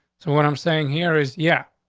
so what i'm saying here is yeah,